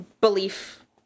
belief